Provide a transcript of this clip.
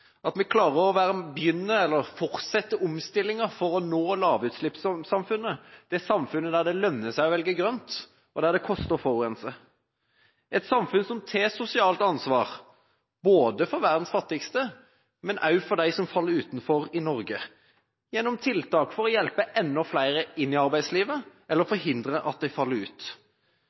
at vi klarer å fortsette omstillinga for å nå lavutslippssamfunnet, det samfunnet der det lønner seg å velge grønt, og der det koster å forurense, et samfunn som tar sosialt ansvar, både for verdens fattigste og for dem som faller utenfor i Norge, gjennom tiltak for å hjelpe enda flere inn i arbeidslivet eller forhindre at de faller ut.